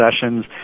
sessions